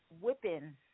whipping